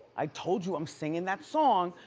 i told you, i'm singing that song.